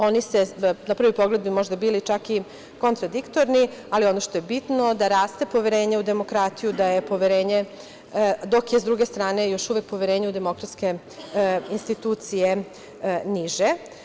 Oni bi na prvi pogled možda bili čak i kontradiktorni, ali ono što je bitno je da raste poverenje u demokratiju, dok je sa druge strane još uvek poverenje u demokratske institucije niže.